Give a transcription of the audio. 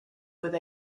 with